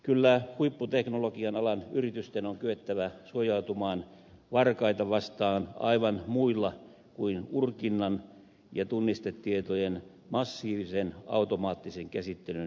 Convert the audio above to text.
kyllä huipputeknologian alan yritysten on kyettävä suojautumaan varkaita vastaan aivan muilla kuin urkinnan ja tunnistetietojen massiivisen automaattisen käsittelyn keinoin